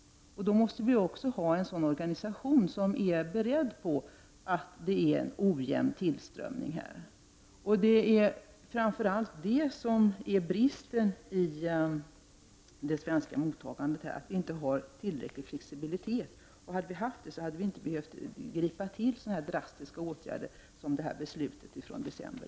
Vi måste då ha en organisation som är beredd på att det är fråga om en ojämn tillströmning. Bristen i det svenska flyktingmottagandet är alltså att vi inte har tillräcklig flexibilitet. Om vårt flyktingmottagande hade haft denna flexibilitet, hade det inte varit nödvändigt att tillgripa sådana drastiska åtgärder som beslutet från december.